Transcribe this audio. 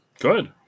Good